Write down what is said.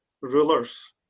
rulers